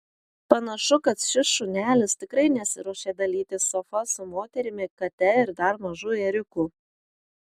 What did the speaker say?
panašu kad šis šunelis tikrai nesiruošia dalytis sofa su moterimi kate ir dar mažu ėriuku